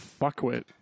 fuckwit